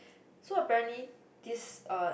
so apparently this er